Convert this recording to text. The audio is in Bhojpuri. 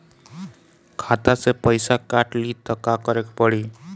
खाता से पैसा काट ली त का करे के पड़ी?